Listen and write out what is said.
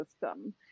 system